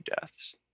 deaths